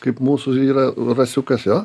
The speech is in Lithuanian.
kaip mūsų yra rasiukas jo